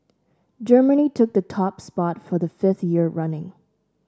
Germany took the top spot for the fifth year running